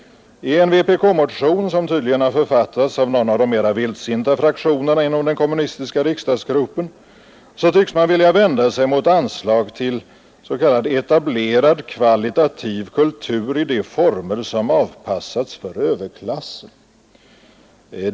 I en vpk-motion, som tydligen har författats av någon av de mera vildsinta fraktionerna inom den kommunistiska riksdagsgruppen, tycks man vilja vända sig mot anslag till ”etablerad kvalitativ kultur i de former som avpassats för överklassen”.